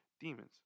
demons